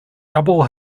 double